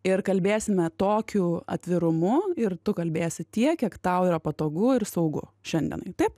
ir kalbėsime tokiu atvirumu ir tu kalbėsi tiek kiek tau yra patogu ir saugu šiandien taip